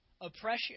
oppression